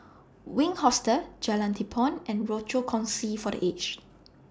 Wink Hostel Jalan Tepong and Rochor Kongsi For The Aged